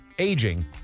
aging